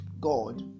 God